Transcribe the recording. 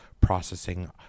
processing